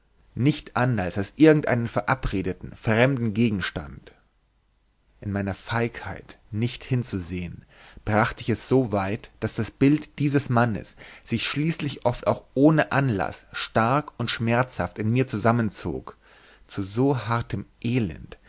nicht anders als irgendeinen verabredeten fremden gegenstand in meiner feigheit nicht hinzusehen brachte ich es so weit daß das bild dieses mannes sich schließlich oft auch ohne anlaß stark und schmerzhaft in mir zusammenzog zu so hartem elend